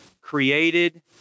created